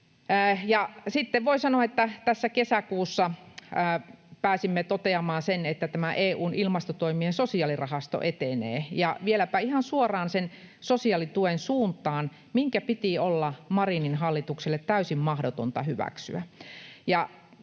sitten voi sanoa, että tässä kesäkuussa pääsimme toteamaan, että tämä EU:n ilmastotoimien sosiaalirahasto etenee, ja vieläpä ihan suoraan sen sosiaalituen suuntaan, minkä piti olla Marinin hallitukselle täysin mahdotonta hyväksyä.